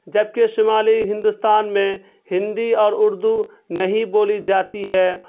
جب کہ شمالی ہندوستان میں ہندی اور اردو نہیں بولی جاتی ہے